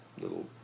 little